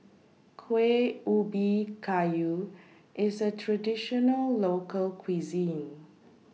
Kueh Ubi Kayu IS A Traditional Local Cuisine